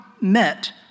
met